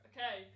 Okay